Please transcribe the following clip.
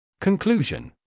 Conclusion